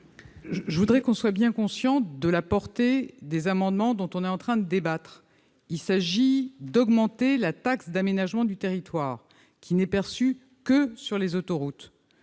Je voudrais que nous soyons tous conscients de la portée des amendements dont nous sommes en train de débattre. Il s'agit ici d'augmenter la taxe d'aménagement du territoire, qui n'est perçue que sur les autoroutes,